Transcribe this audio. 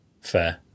Fair